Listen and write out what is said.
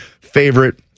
favorite